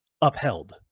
upheld